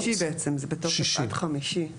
משישי בעצם, זה בתוקף עד חמישי.